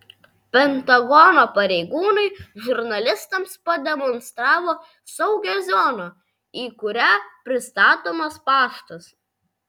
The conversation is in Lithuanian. pentagono pareigūnai žurnalistams pademonstravo saugią zoną į kurią pristatomas paštas